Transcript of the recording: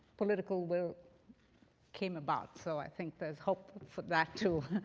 political will came about. so i think there's hope for that too.